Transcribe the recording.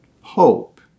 hope